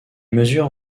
mesure